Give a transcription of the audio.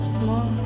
small